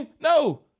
No